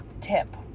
tip